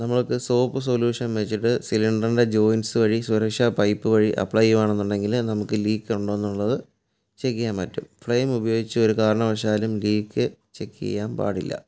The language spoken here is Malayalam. നമുക്ക് സോപ്പ് സൊല്യൂഷൻ വെച്ചിട്ട് സിലിണ്ടറിൻ്റെ ജോയ്ൻസ് വഴി സുരക്ഷാ പൈപ്പ് വഴി അപ്പ്ളൈ ചെയ്യുവാണെന്നുണ്ടെങ്കിൽ നമുക്ക് ലീക്ക് ഉണ്ടോന്നുള്ളത് ചെക്ക് ചെയ്യാൻ പറ്റും ഫ്ളയിം ഉപയോഗിച്ച് ഒരു കാരണവശാലും ലീക്ക് ചെക്ക് ചെയ്യാൻ പാടില്ല